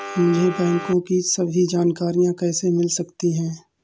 मुझे बैंकों की सभी जानकारियाँ कैसे मिल सकती हैं?